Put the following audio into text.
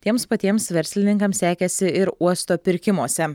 tiems patiems verslininkams sekėsi ir uosto pirkimuose